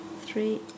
three